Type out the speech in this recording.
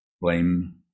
blame